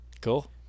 Cool